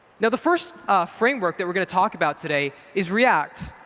now the first framework that we're going to talk about today is react.